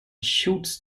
shoots